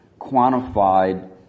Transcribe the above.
quantified